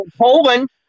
Poland